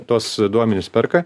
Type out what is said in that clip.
tuos duomenis perka